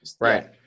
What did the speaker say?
Right